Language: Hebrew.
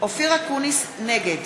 נגד